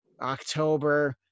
october